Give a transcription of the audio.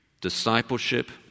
discipleship